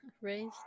Raised